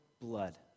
blood